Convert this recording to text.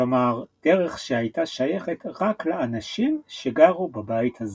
כלומר דרך שהיתה שיכת רק לאנשים שגרו בבית הזה.